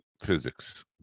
physics